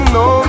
no